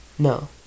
No